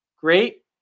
great